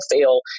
fail